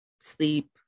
sleep